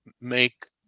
make